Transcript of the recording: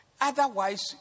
otherwise